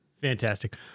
Fantastic